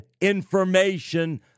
information